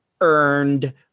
earned